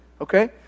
Okay